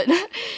it was so weird